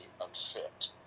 unfit